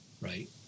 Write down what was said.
right